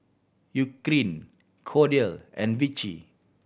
Eucerin Kordel and Vichy